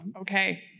Okay